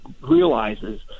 realizes